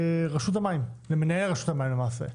סמכויות למנהל רשות המים למעשה,